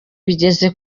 bigeze